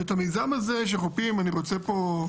את המיזם הזה של חופים אני רוצה לצרף פה